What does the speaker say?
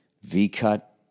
V-Cut